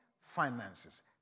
finances